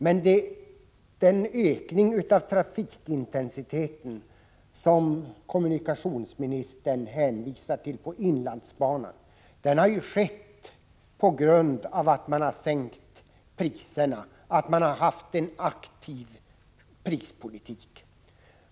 Men den ökning av trafikintensiteten på inlandsbanan som kommunikationsministern hänvisar till har ju skett på grund av att man sänkt priserna och haft en aktiv prispolitik.